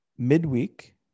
midweek